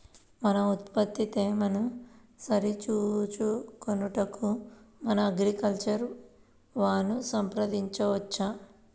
మన ఉత్పత్తి తేమను సరిచూచుకొనుటకు మన అగ్రికల్చర్ వా ను సంప్రదించవచ్చా?